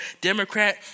Democrat